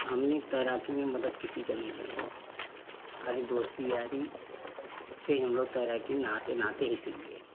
हमने तैराकी में मदद किसी का नहीं लिये हैं खाली दोस्ती यारी से हम लोग तैराकी नहाते नहाते ही सीख गए